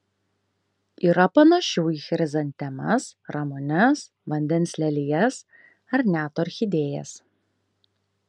yra panašių į chrizantemas ramunes vandens lelijas ar net orchidėjas